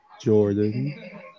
Jordan